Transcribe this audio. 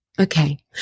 Okay